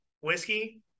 whiskey